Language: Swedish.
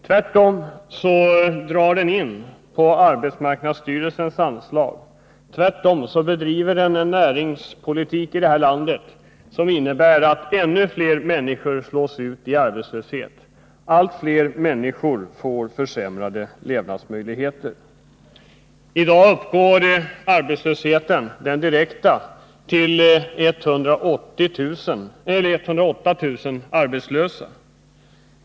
Tvärtom drar den in på arbetsmarknadsstyrelsens anslag, tvärtom bedriver den en näringspolitik som innebär att ännu fler människor slås ut i arbetslöshet, allt fler människor får försämrade levnadsmöjligheter. I dag uppgår de direkt arbetslösa till 108 000 personer.